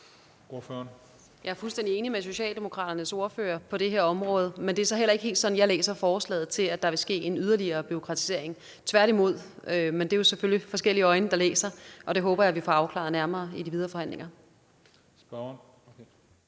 Jeg er fuldstændig enig med Socialdemokraternes ordfører på det her område. Men det er så heller ikke helt sådan, jeg læser forslaget – at der vil ske en yderligere bureaukratisering. Tværtimod. Men det er jo selvfølgelig forskellige øjne, der læser. Det håber jeg vi får afklaret nærmere i de videre forhandlinger.